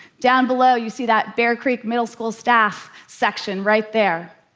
down below you see that bear creek middle school staff section right there.